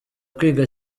kwiga